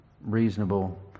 reasonable